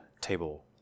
table